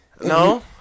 No